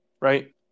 Right